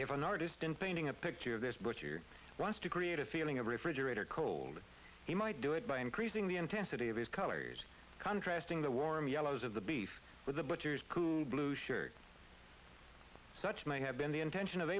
if an artist in painting a picture of this butcher wants to create a feeling of refrigerator cold he might do it by increasing the intensity of his colors contrasting the warm yellows of the beef with the butcher's blue shirt such may have been the intention of